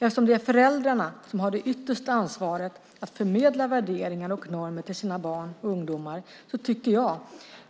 Eftersom det är föräldrarna som har det yttersta ansvaret att förmedla värderingar och normer till sina barn och ungdomar tycker jag,